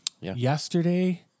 yesterday